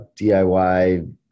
DIY